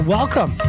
Welcome